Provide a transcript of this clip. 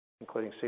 including